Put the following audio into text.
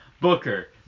Booker